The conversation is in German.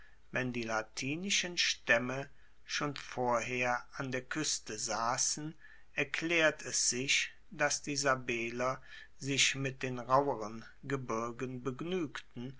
wenn die latinischen staemme schon vorher an der kueste sassen erklaert es sich dass die sabeller sich mit den rauheren gebirgen begnuegten